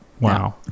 wow